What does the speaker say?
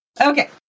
Okay